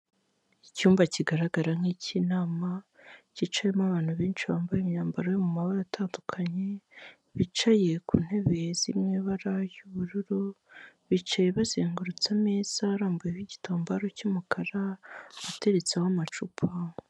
Icyumba kigaragara nk'icy'inama cyicayemo abantu benshi bambaye imyambaro yo mu mabara atandukanye, bicaye ku ntebe ziri mu ibara ry'ubururu bicaye bazengurutse ameza barambuyeho igitambaro cy'umukara, ateretseho amacupa.